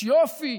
יש יופי.